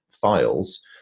files